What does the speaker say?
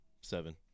Seven